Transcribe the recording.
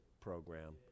program